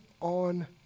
on